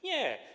Nie.